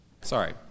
Sorry